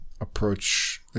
approach